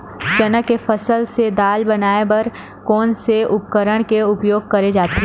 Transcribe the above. चना के फसल से दाल बनाये बर कोन से उपकरण के उपयोग करे जाथे?